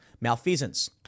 malfeasance